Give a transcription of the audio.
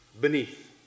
beneath